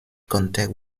contact